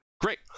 Great